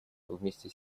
вместе